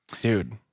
Dude